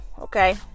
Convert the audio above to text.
okay